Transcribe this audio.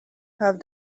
have